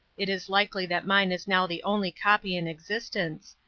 it is likely that mine is now the only copy in existence.